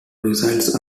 missiles